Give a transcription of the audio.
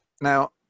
now